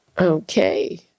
Okay